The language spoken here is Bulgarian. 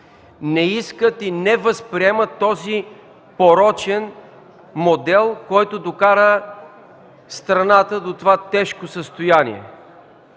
Не искат и не възприемат този порочен модел, който докара страната до това тежко състояние.